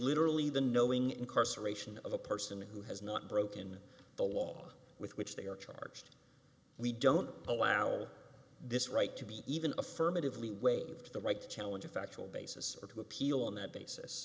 literally the knowing incarceration of a person who has not broken the law with which they are charged we don't allow this right to be even affirmatively waived the right to challenge a factual basis or to appeal on that basis